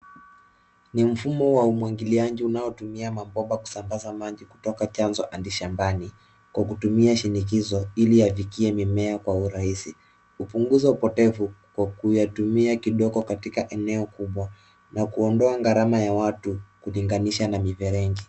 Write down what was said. Ni mfumo wa umwangiliaji unaotumia mabomba kusambaza maji kutoka chanzo hadi shambani kwa kutumia shinikizo ili afikie mimea kwa urahisi, kupunguza upotevu Kwa kuyatumia kidogo katika eneo kubwa na kuondoa gharama ya watu kulinganisha na mifereji.